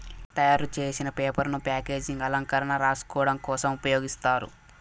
తయారు చేసిన పేపర్ ను ప్యాకేజింగ్, అలంకరణ, రాసుకోడం కోసం ఉపయోగిస్తారు